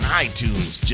iTunes